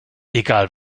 egal